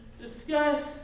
discuss